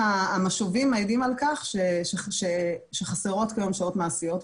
המשובים מעידים על כך שחסרות כיום שעות מעשיות,